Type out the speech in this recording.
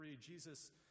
Jesus